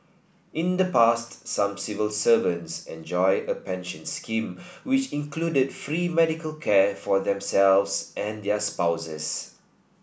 in the past some civil servants enjoyed a pension scheme which included free medical care for themselves and their spouses